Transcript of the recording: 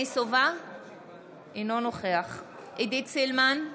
אינו נוכח עידית סילמן,